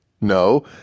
No